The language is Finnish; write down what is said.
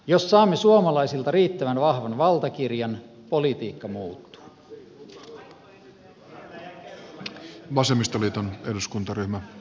jos saamme suomalaisilta riittävän vahvan valtakirjan politiikka muuttuu